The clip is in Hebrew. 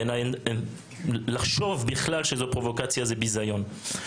בעיניי בכלל לחשוב שזו פרובוקציה זה ביזיון.